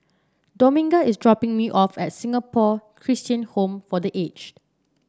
Dominga is dropping me off at Singapore Christian Home for The Aged